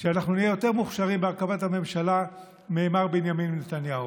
שאנחנו נהיה יותר מוכשרים בהרכבת הממשלה ממר בנימין נתניהו.